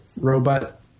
robot